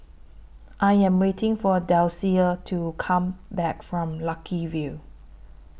I Am waiting For Dulcie to Come Back from Lucky View